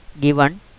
given